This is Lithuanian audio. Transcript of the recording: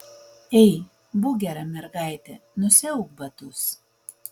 ei būk gera mergaitė nusiauk batus